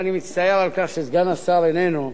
אני מצטער על כך שסגן השר איננו,